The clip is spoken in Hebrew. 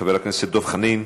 חבר הכנסת דב חנין,